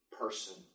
person